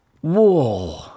Whoa